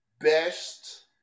best